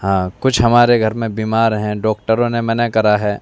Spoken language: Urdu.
ہاں کچھ ہمارے گھر میں بیمار ہیں ڈاکٹروں نے منع کرا ہے